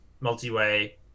multi-way